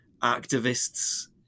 activists